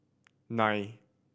nine